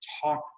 talk